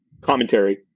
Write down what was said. commentary